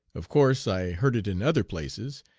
of course i heard it in other places,